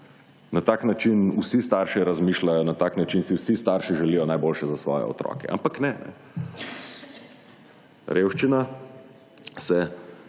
Na tak način vsi starši razmišljajo. Na tak način si vsi starši želijo najboljše za svoje otroke. Ampak ne, ne. Revščina se